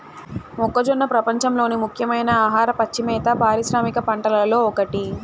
మొక్కజొన్న ప్రపంచంలోని ముఖ్యమైన ఆహార, పచ్చి మేత పారిశ్రామిక పంటలలో ఒకటి